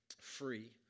free